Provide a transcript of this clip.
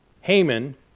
haman